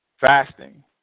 fasting